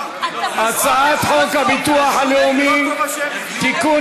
הצעת חוק הביטוח הלאומי (תיקון,